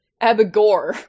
Abigail